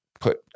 put